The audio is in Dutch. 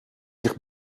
zich